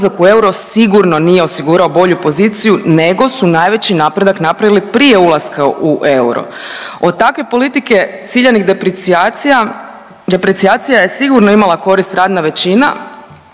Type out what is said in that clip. u euro sigurno nije osigurao bolju poziciju nego su najveći napredak napravili prije ulaska u euro. Od takve politike ciljanih deprecijacija deprecijacija je sigurno imala korist radna većina,